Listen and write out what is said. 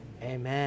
Amen